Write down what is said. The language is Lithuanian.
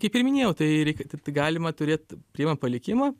kaip ir minėjau tai reik tiktai galima turėt priimant palikimą